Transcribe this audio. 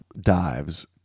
dives